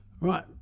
Right